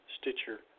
Stitcher